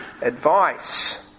advice